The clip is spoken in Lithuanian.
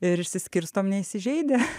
ir išsiskirstom neįsižeidę